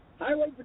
Highway